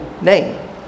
name